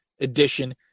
edition